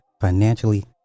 financially